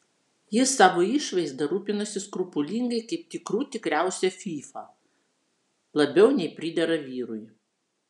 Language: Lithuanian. jis savo išvaizda rūpinasi skrupulingai kaip tikrų tikriausia fyfa labiau nei pridera vyrui